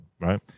Right